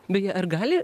beje ar gali